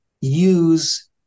use